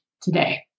today